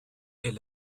est